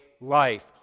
life